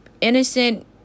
innocent